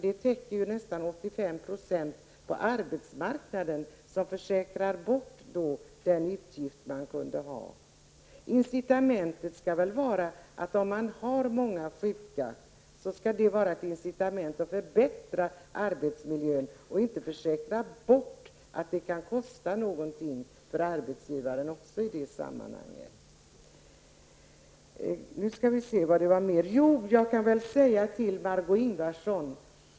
Det täcker ju nästan 85 % på arbetsmarknaden, som försäkrar bort den utgift det kunde bli fråga om. Om man har många sjuka skall väl det vara ett incitament till att förbättra arbetsmiljön. Man skall väl då inte försäkra bort att det i detta sammanhang också kan kosta något för arbetsgivaren.